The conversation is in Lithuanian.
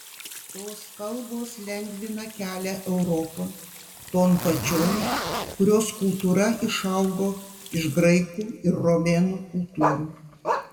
tos kalbos lengvina kelią europon ton pačion kurios kultūra išaugo iš graikų ir romėnų kultūrų